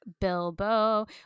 Bilbo